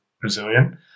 Brazilian